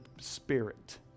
Spirit